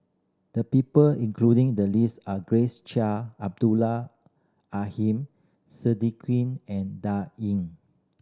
the people including the list are Grace Chia Abdul Aheem and Da Ying